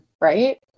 right